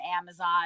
Amazon